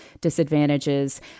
disadvantages